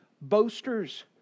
boasters